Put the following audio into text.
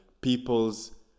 people's